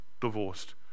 divorced